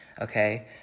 okay